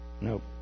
Nope